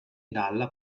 dalla